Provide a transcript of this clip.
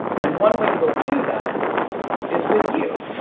and one way we'll do that is with you,